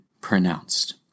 pronounced